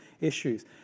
issues